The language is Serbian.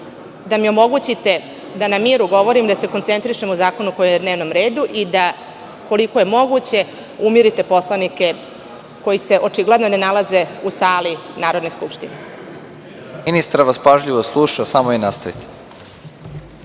da mi omogućite da na miru govorim, da se koncentrišem o zakonu koji je na dnevnom redu i da, koliko je moguće, umirite poslanike koji se očigledno ne nalaze u sali Narodne skupštine. **Nebojša Stefanović** Ministar vas pažljivo sluša. Samo vi nastavite.